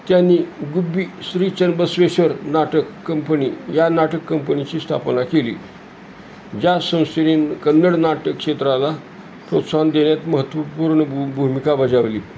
त्यांनी गुब्बी श्रीचन्नबसवेश्वर नाटक कंपनी या नाटक कंपनीची स्थापना केली ज्या संस्थेने कन्नड नाट्यक्षेत्राला प्रोत्साहन देण्यात महत्त्वपूर्ण भू भूमिका बजावली